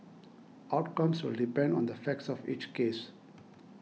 outcomes will depend on the facts of each case